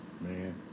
man